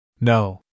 No